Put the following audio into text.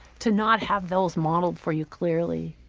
to not have those modeled for you clearly.